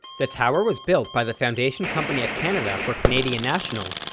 the tower was built by the foundation company of canada for canadian national,